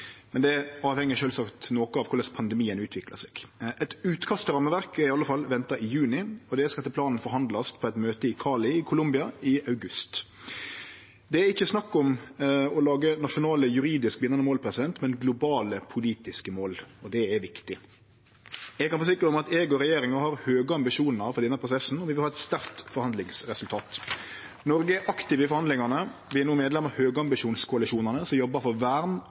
men det avheng sjølvsagt noko av korleis pandemien utviklar seg. Eit utkast til rammeverk er i alle fall venta i juni, og det skal etter planen behandlast på eit møte i Cali i Colombia i august. Det er ikkje snakk om å lage nasjonale juridisk bindande mål, men globale politiske mål, og det er viktig. Eg kan forsikre om at eg og regjeringa har høge ambisjonar for denne prosessen, og vi vil ha eit sterkt forhandlingsresultat. Noreg er aktiv i forhandlingane. Vi er no medlem av høgambisjonskoalisjonane som jobbar for vern